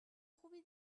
خوبی